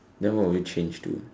then what will you change to